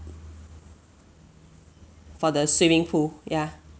for the swimming pool ya